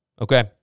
okay